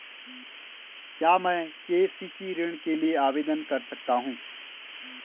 क्या मैं के.सी.सी ऋण के लिए आवेदन कर सकता हूँ?